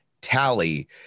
tally